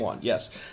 yes